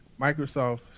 Microsoft